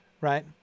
right